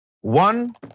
One